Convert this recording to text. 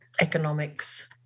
economics